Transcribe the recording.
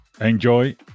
enjoy